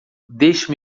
deixe